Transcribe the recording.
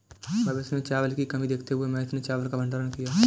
भविष्य में चावल की कमी देखते हुए महेश ने चावल का भंडारण किया